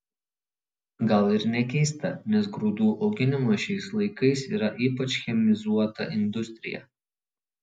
gal ir nekeista nes grūdų auginimas šiais laikai yra ypač chemizuota industrija